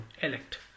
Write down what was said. elect